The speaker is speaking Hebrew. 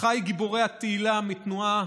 אחיי גיבורי התהילה מהתנועה